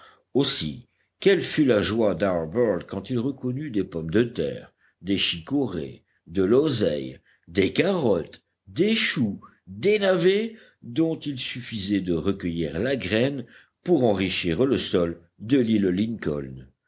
aussi quelle fut la joie d'harbert quand il reconnut des pommes de terre des chicorées de l'oseille des carottes des choux des navets dont il suffisait de recueillir la graine pour enrichir le sol de l'île lincoln